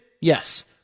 Yes